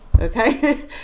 okay